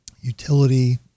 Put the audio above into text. utility